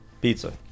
Pizza